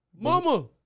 Mama